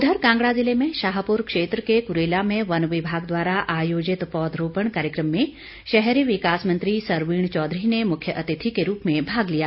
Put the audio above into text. उधर कांगड़ा जिले में शाहपुर क्षेत्र के क्रेला में वन विभाग द्वारा आयोजित पौधरोपण कार्य क्र म में शहरी विकास मंत्री सरवीण चौधरी ने मुख्य अतिथि के रूप में भाग लिया